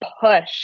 push